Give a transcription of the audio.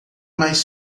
mais